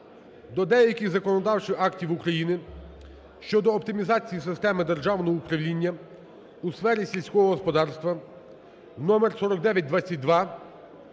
до деяких законодавчих актів України щодо оптимізації системи державного управління у сфері сільського господарства (№ 4922)